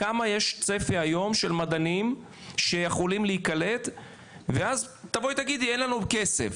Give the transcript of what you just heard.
מה הצפי היום של מדענים שיכולים להיקלט ואז תבואי תגידי אין לנו כסף,